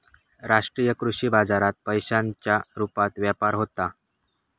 राष्ट्रीय कृषी बाजारात पैशांच्या रुपात व्यापार होता